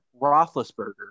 Roethlisberger